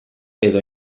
edo